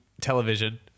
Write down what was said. television